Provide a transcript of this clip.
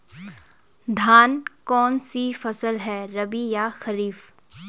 धान कौन सी फसल है रबी या खरीफ?